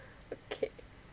okay